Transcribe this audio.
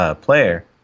player